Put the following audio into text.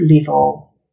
level